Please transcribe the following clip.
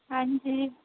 ਹਾਂਜੀ